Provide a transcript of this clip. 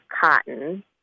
cotton